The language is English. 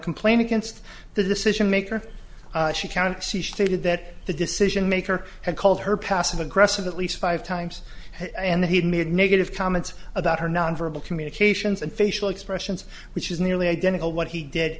complaint against the decision maker she countered she stated that the decision maker had called her passive aggressive at least five times and he made negative comments about her nonverbal communications and facial expressions which is nearly identical what he d